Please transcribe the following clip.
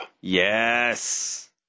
Yes